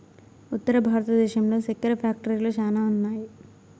ఉత్తర భారతంలో సెక్కెర ఫ్యాక్టరీలు శ్యానా ఉన్నాయి